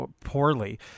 poorly